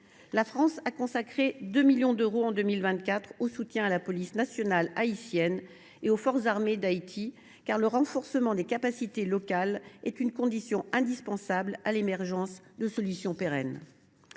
La France a, elle, consacré 2 millions d’euros en 2024 au soutien à la police nationale haïtienne et aux forces armées d’Haïti, car le renforcement des capacités locales est une condition indispensable à l’émergence de solutions pérennes.